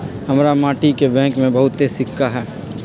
हमरा माटि के बैंक में बहुते सिक्का हई